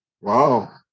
Wow